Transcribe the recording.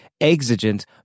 exigent